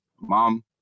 mom